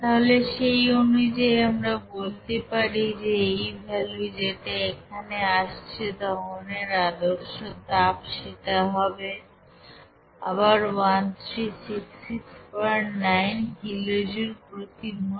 তাহলে সেই অনুযায়ী আমরা বলতে পারি যে এই ভ্যালু যেটা এখানে আসছে দহনের আদর্শ তাপ সেটা হবে আবার 13669 কিলোজুল প্রতি মোল